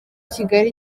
kigali